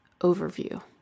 overview